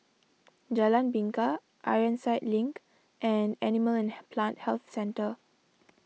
Jalan Bingka Ironside Link and Animal and Plant Health Centre